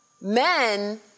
men